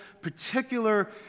particular